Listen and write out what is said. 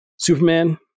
Superman